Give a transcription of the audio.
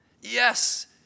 Yes